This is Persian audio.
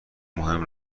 مهم